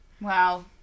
Wow